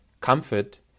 comfort